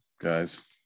guys